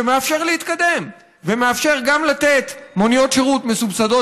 שמאפשר להתקדם ומאפשר גם לתת מוניות שירות מסובסדות